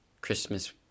Christmas